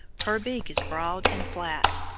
her beak is broad and flat.